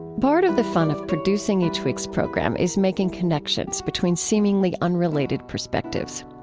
part of the fun of producing each week's program is making connections between seemingly unrelated perspectives.